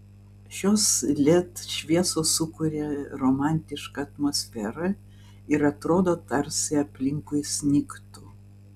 šios led šviesos sukuria romantišką atmosferą ir atrodo tarsi aplinkui snigtų